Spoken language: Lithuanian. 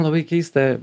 labai keista